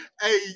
hey